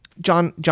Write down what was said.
John